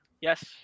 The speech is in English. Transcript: yes